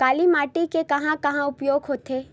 काली माटी के कहां कहा उपयोग होथे?